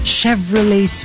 Chevrolet